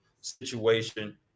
situation